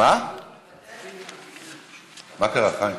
מה קרה, חיים?